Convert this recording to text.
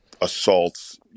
assaults